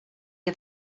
get